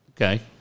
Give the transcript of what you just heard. Okay